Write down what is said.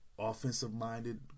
offensive-minded